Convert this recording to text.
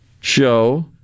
show